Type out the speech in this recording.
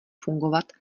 fungovat